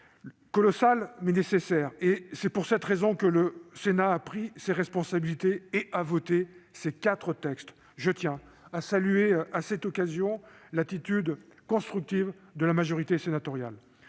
colossales, mais nécessaires. C'est pour cette raison que le Sénat a pris ses responsabilités et voté ces quatre textes. Je tiens, à cette occasion, à saluer l'attitude constructive de la majorité sénatoriale.